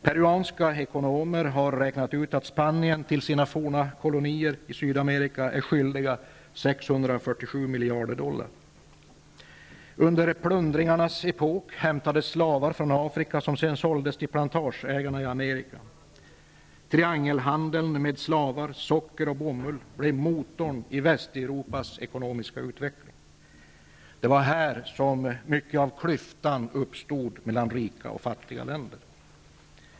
Peruanska ekonomer har räknat ut att Spanien är skyldigt sina forna kolonier i Triangelhandeln med slavar, socker och bomull blev motorn i Västeuropas ekonomiska utveckling. Det var här som klyftan uppstod mellan rika och fattiga länder.